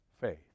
faith